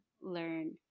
learn